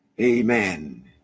Amen